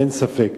אין ספק.